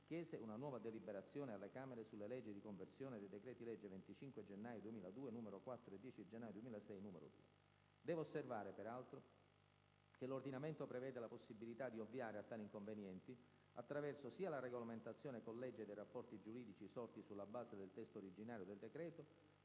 chiese una nuova deliberazione alle Camere sulle leggi di conversione dei decreti-legge 25 gennaio 2002, n. 4 e 10 gennaio 2006, n. 2). Devo osservare peraltro che l'ordinamento prevede la possibilità di ovviare a tali inconvenienti, attraverso sia la regolamentazione con legge dei rapporti giuridici sorti sulla base del testo originario del decreto,